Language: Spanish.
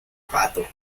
pato